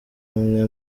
umwe